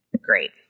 Great